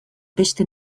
beste